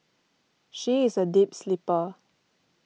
she is a deep sleeper